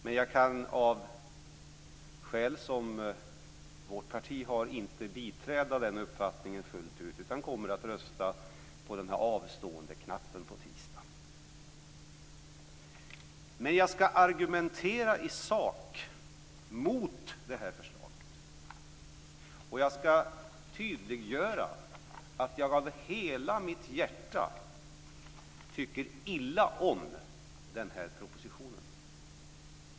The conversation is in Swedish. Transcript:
Men jag kan av skäl som vårt parti har inte biträda den uppfattningen fullt ut, utan kommer att rösta med avståendeknappen på tisdag. Men jag skall argumentera i sak mot förslaget. Jag skall tydliggöra att jag av hela mitt hjärta tycker illa om den här propositionen.